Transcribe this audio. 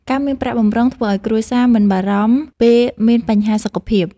ការមានប្រាក់បម្រុងធ្វើឱ្យគ្រួសារមិនបារម្ភពេលមានបញ្ហាសុខភាព។